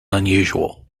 unusual